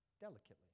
Delicately